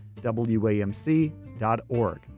wamc.org